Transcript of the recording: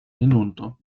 hinunter